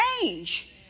change